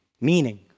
Meaning